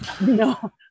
No